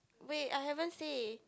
wait I haven't say